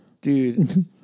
Dude